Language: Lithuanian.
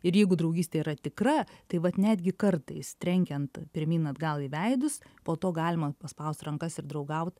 ir jeigu draugystė yra tikra tai vat netgi kartais trenkiant pirmyn atgal į veidus po to galima paspaust rankas ir draugaut